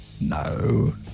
No